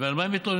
על מה הם התלוננו?